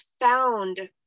found